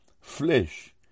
flesh